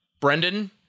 Brendan